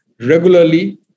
regularly